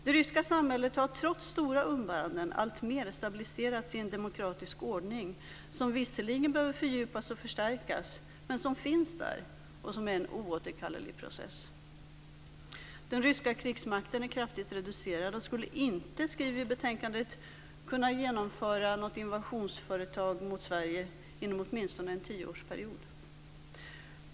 Det ryska samhället har trots stora umbäranden alltmer stabiliserats i en demokratisk ordning, som visserligen behöver fördjupas och förstärkas men som finns där som en oåterkallelig process. Den ryska krigsmakten är kraftigt reducerad. Den skulle inte, skriver vi i betänkandet, kunna genomföra något invasionsföretag mot Sverige inom åtminstone en tioårsperiod.